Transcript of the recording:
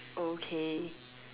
okay